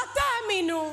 לא תאמינו,